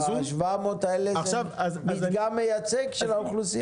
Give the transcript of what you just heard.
אותם 700, זה מדגם מייצג של האוכלוסייה?